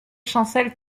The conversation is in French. chancel